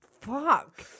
fuck